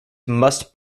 must